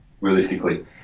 realistically